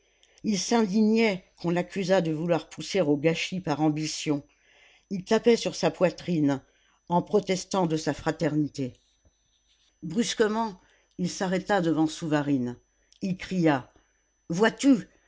il s'indignait qu'on l'accusât de vouloir pousser au gâchis par ambition il tapait sur sa poitrine en protestant de sa fraternité brusquement il s'arrêta devant souvarine il cria vois-tu